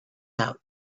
out